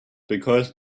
because